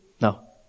no